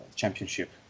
championship